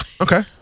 Okay